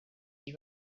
die